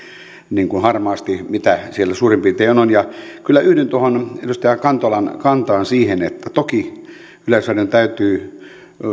niin kuin harmaasti mitä siellä suurin piirtein on on kyllä yhdyn edustaja kantolan kantaan siitä että toki yleisradion täytyy